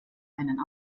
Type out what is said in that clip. einen